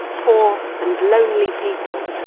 poor, and lonely people,